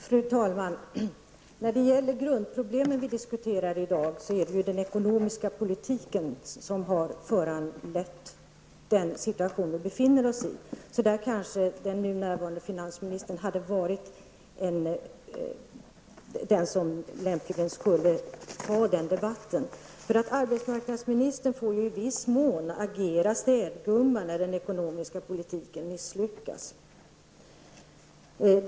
Fru talman! De grundproblem som vi diskuterar i dag har föranletts av den ekonomiska politik som har förts. Därför skulle kanske lämpligen den nu i kammaren närvarande finansministern ha tagit den debatten. Arbetsmarknadsministern får ju i viss mån agera städgumma när den ekonomiska politiken misslyckas.